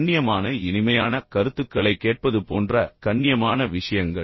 கண்ணியமான இனிமையான கருத்துக்களைக் கேட்பது போன்ற கண்ணியமான விஷயங்கள்